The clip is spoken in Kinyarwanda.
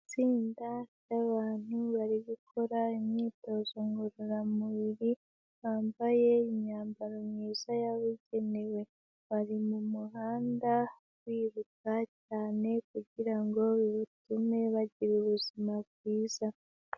Itsinda ryabantu bari gukora imyitozo ngororamubiri bambaye imyambaro myiza yabugenewe, bari mu muhanda biruka cyane kugira ngo bitume bagira ubuzima bwiza.